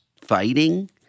fighting